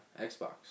xbox